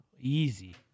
easy